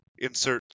Insert